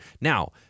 Now